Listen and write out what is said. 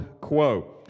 quo